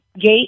Gate